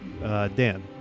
Dan